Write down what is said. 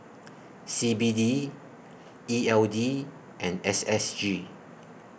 C B D E L D and S S G